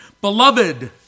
Beloved